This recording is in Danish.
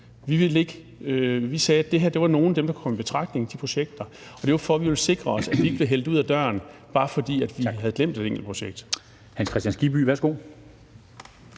Vi sagde, at det her var nogle af dem, der kom i betragtning til projekter. Og det var, fordi vi ville sikre os, at de ikke blev hældt ud ad døren, bare fordi man havde glemt det enkelte projekt. Kl. 10:30 Formanden